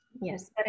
Yes